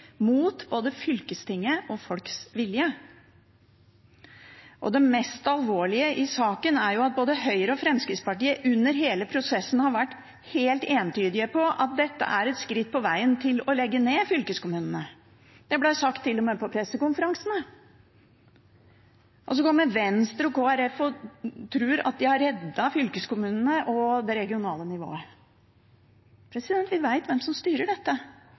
mot både fylkesting og folks vilje. Det mest alvorlige i saken er at både Høyre og Fremskrittspartiet under hele prosessen har vært helt entydige på at dette er et skritt på vegen mot å legge ned fylkeskommunene. Det ble til og med sagt på pressekonferansene. Og så kommer Venstre og Kristelig Folkeparti og tror at de har reddet fylkeskommunene og det regionale nivået. Vi vet hvem som styrer dette.